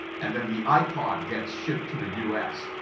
and then the ipod gets shipped to the u s,